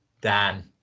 Dan